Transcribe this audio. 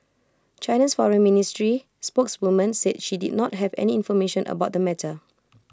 China's Foreign Ministry spokeswoman said she did not have any information about the matter